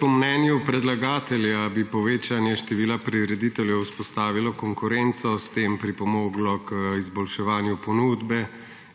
Po mnenju predlagatelja bi povečanje števila prirediteljev vzpostavilo konkurenco, s tem pripomoglo k izboljševanju ponudbe